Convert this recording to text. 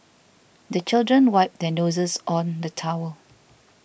the children wipe their noses on the towel